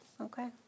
Okay